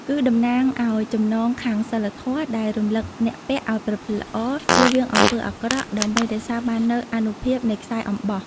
គឺតំណាងឲ្យ ចំណងខាងសីលធម៌ ដែលរំលឹកអ្នកពាក់ឲ្យប្រព្រឹត្តល្អ ជៀសវាងអំពើអាក្រក់ ដើម្បីរក្សាបាននូវអានុភាពនៃខ្សែអំបោះ។